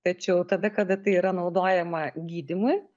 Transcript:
tačiau tada kada tai yra naudojama gydymui